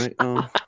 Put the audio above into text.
right